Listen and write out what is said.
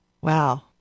Wow